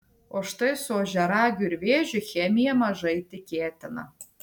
o štai su ožiaragiu ir vėžiu chemija mažai tikėtina